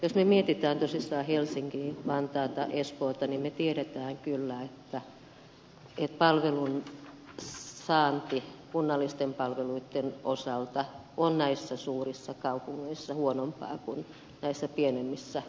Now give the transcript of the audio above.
jos mietimme tosissaan helsinkiä vantaata espoota niin me tiedämme kyllä että palvelun saanti kunnallisten palveluitten osalta on näissä suurissa kaupungeissa huonompaa kuin näissä pienemmissä kunnissa